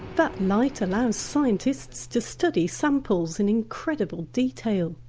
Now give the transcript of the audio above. that light allows scientists to study samples in incredible detail.